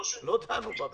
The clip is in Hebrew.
לא דנו בה בכלל.